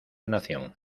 nación